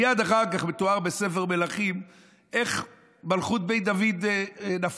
מייד אחר כך מתואר בספר מלכים איך מלכות בית דוד נפלה.